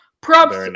Props